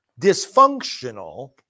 dysfunctional